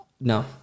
no